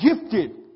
gifted